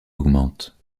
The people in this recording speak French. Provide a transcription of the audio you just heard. augmente